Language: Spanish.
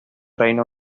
reino